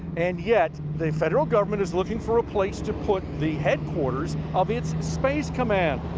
and yet the federal government is looking for a place to put the headquarters of its space command.